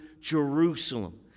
Jerusalem